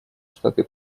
штаты